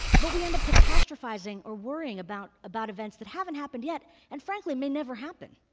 but we end up catastrophizing or worrying about about events that haven't happened yet, and frankly may never happen.